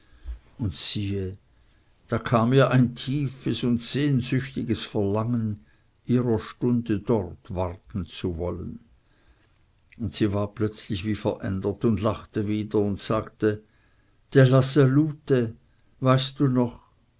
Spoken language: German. und siehe da kam ihr ein tiefes und sehnsüchtiges verlangen ihrer stunde dort warten zu wollen und sie war plötzlich wie verändert und lachte wieder und sagte della salute weißt du noch